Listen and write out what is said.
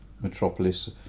Metropolis